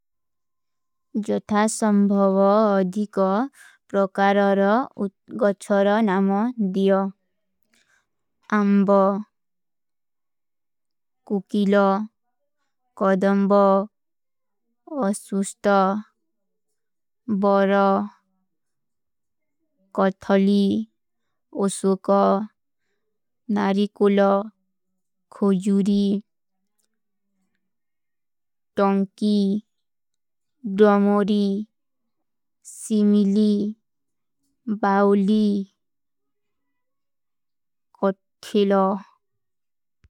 ଜଥା ସଂଭଵ ଅଧିକ ପ୍ରକାର ଔର ଉତ୍ଗଚ୍ଛର ନମ ଦିଯୋ। ଆମ୍ବ, କୁକିଲ, କଦମ୍ବ, ଅସୁସ୍ତ, ବର, କଥଲୀ, ଓସୁକ, ନାରିକୁଲ, ଖୁଜୁରୀ, ଟଂକୀ, ଡୌମୋରୀ, ସିମିଲୀ, ବାଉଲୀ, କଥଲୌ।